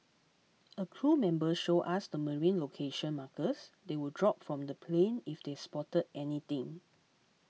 a crew member showed us the marine location markers they would drop from the plane if they spotted anything